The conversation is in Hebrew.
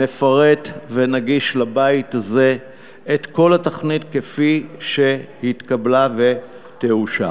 נפרט ונגיש לבית הזה את כל התוכנית כפי שהתקבלה והיא תאושר.